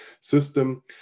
system